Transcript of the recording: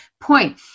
point